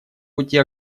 пути